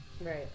Right